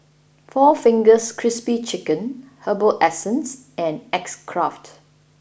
four Fingers Crispy Chicken Herbal Essences and X Craft